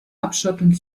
abschottung